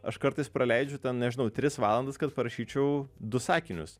aš kartais praleidžiu ten nežinau tris valandas kad parašyčiau du sakinius